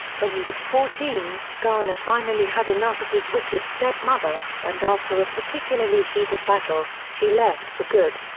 when he was fourteen, garner finally had enough of his wicked stepmother and after a particularly heated battle, she left for good.